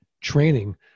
training